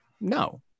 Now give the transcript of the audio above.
No